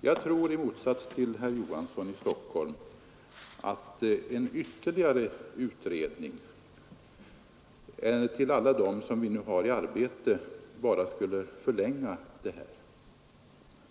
Jag tror i motsats till herr Johansson i Stockholm, att en utredning ytterligare till alla dem som vi nu har i arbete bara skulle förlänga handläggningen.